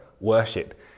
worship